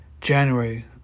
January